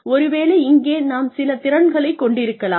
ஒருவேளை இங்கே நாம் சில திறன்களைக் கொண்டிருக்கலாம்